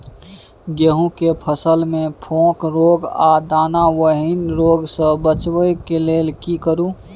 गेहूं के फसल मे फोक रोग आ दाना विहीन रोग सॅ बचबय लेल की करू?